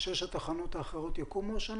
ו-6 התחנות האחרונות יקומו השנה?